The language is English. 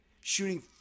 shooting